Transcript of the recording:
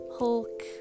Hulk